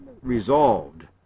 resolved